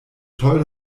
toll